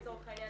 לצורך העניין,